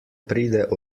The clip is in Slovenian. pride